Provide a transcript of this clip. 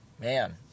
man